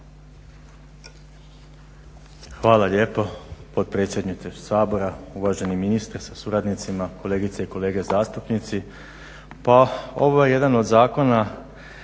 Hvala lijepo potpredsjedniče Sabora. Uvaženi ministre sa suradnicima, kolegice i kolege zastupnici. Pa ovo je jedan od zakona,